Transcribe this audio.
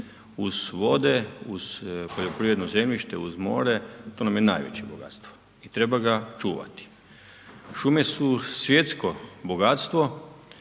uz vode, uz poljoprivredno zemljište, uz more, to nam je najveće bogatstvo i treba ga čuvati. Šume su svjetsko bogatstvo